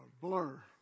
blur